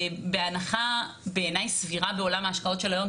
בהנחה בעיניי סבירה בעולם ההשקעות של היום,